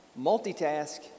multitask